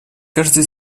каждый